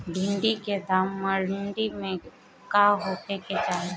भिन्डी के दाम मंडी मे का होखे के चाही?